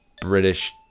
British